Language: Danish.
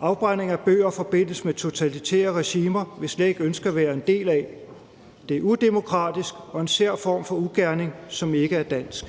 Afbrænding af bøger forbindes med totalitære regimer, vi slet ikke ønsker at forbindes med. Det er udemokratisk og en sær form for ugerning, som ikke er dansk.